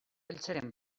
eltzeren